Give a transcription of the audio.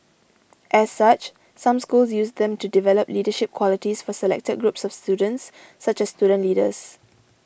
as such some schools use them to develop leadership qualities for selected groups of students such as student leaders